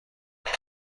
دادم